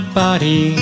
body